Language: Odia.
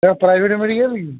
ଏଟା କ'ଣ ପ୍ରାଇଭେଟ୍ ମେଡ଼ିକାଲ୍ କି